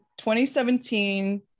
2017